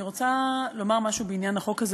אני רוצה לומר משהו בעניין החוק הזה.